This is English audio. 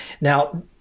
now